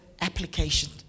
application